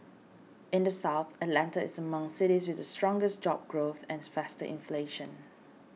in the South Atlanta is among cities with the stronger job growth and faster inflation